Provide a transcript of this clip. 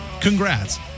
Congrats